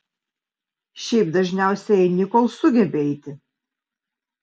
šiaip dažniausiai eini kol sugebi eiti